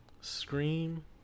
scream